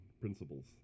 principles